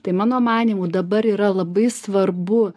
tai mano manymu dabar yra labai svarbu